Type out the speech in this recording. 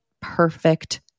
perfect